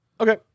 Okay